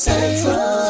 Central